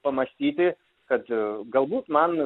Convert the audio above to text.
pamąstyti kad galbūt man